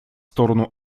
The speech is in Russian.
сторону